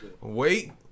wait